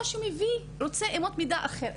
או שרוצה אמות מידה אחרות.